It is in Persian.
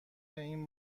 این